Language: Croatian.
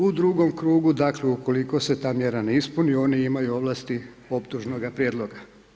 U drugom krugu, dakle, ukoliko se ta mjera ne ispuni, oni imaju ovlasti optužnoga prijedloga.